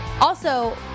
also-